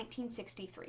1963